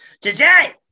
today